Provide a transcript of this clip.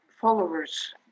followers